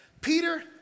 Peter